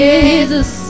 Jesus